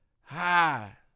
Hi